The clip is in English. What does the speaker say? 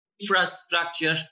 infrastructure